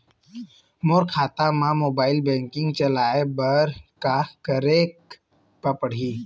मोर खाता मा mobile banking चलाए बर का करेक पड़ही?